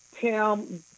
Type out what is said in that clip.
Pam